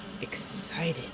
excited